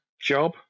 job